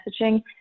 messaging